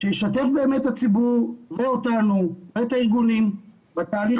שישתף את הציבור ואותנו ואת הארגונים בתהליך